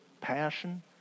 passion